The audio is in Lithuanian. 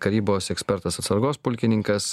karybos ekspertas atsargos pulkininkas